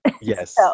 yes